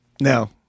No